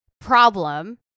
problem